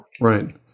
Right